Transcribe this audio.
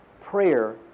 Prayer